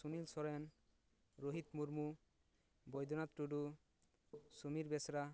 Sunil Soren Rohit Murmu Baidyanath Tudu Sumir Besra